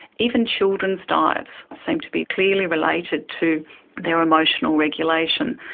even children's diets seem to be clearly related to their emotional regulation.